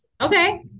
Okay